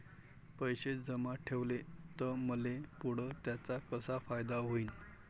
पैसे जमा ठेवले त मले पुढं त्याचा कसा फायदा होईन?